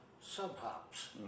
sub-hops